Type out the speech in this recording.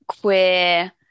queer